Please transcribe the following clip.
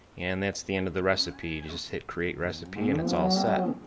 and that's the end of the recipe. you just hit create recipe and it's all set.